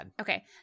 Okay